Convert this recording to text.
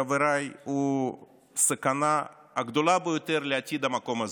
חבריי, הוא הסכנה הגדולה ביותר לעתיד המקום הזה,